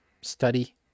study